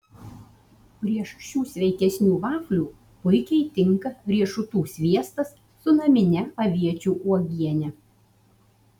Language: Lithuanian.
prieš šių sveikesnių vaflių puikiai tinka riešutų sviestas su namine aviečių uogiene